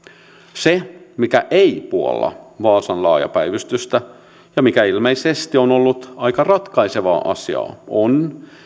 se mikä ei puolla vaasan laajaa päivystystä ja mikä ilmeisesti on ollut aika ratkaiseva asia on on